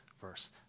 verse